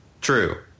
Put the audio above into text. True